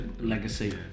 Legacy